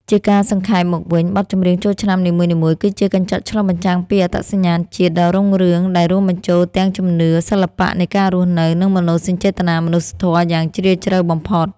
ជាការសង្ខេបមកវិញ បទចម្រៀងចូលឆ្នាំនីមួយៗគឺជាកញ្ចក់ឆ្លុះបញ្ចាំងពីអត្តសញ្ញាណជាតិដ៏រុងរឿង ដែលរួមបញ្ចូលទាំងជំនឿ សិល្បៈនៃការរស់នៅ និងមនោសញ្ចេតនាមនុស្សធម៌យ៉ាងជ្រាលជ្រៅបំផុត។